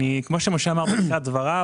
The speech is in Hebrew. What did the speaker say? כמו שאמר משה בתחילת דבריו,